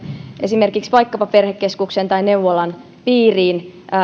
esimerkiksi vaikkapa perhekeskuksen tai neuvolan piiriin